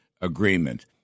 agreement